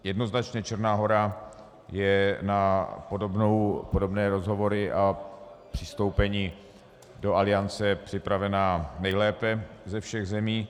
Jednoznačně Černá Hora je na podobné rozhovory a přistoupení do Aliance připravena nejlépe ze všech zemí.